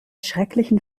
schrecklichen